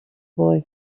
boy